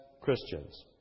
Christians